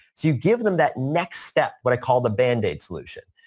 you give them that next step, what i call the band aid solution.